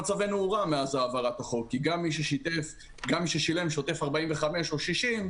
מצבנו הורע מאז חקיקת החוק כי גם מי ששילם שוטף 45 או 60,